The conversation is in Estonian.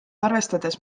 arvestades